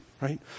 right